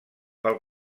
pel